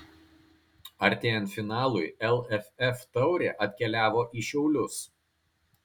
artėjant finalui lff taurė atkeliavo į šiaulius